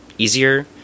easier